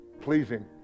pleasing